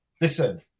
listen